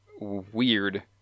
weird